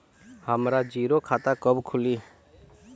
हमरा जीरो खाता कब खुली?